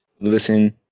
Listen